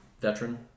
veteran